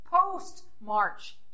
post-March